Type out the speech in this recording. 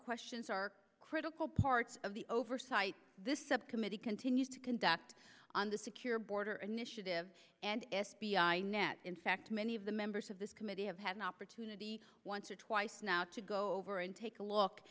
questions are critical parts of the oversight this subcommittee continues to conduct on the secure border initiative and f b i net in fact many of the members of this committee have had an opportunity once or twice now to go over and take a look